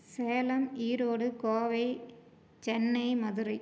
Salem Erode Kovai Chennai Madurai